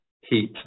heat